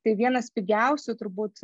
tai vienas pigiausių turbūt